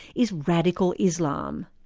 is radical islam.